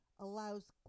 allows